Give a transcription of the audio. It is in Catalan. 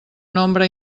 nombre